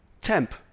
temp